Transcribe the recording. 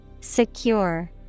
Secure